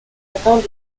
atteints